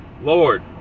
lord